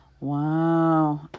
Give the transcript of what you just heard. wow